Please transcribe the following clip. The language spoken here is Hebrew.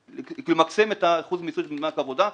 למקסם את אחוז המיצוי ממענק עבודה.